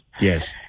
Yes